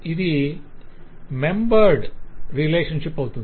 ఇది మెంబర్డ్ రిలేషన్షిప్ అవుతుంది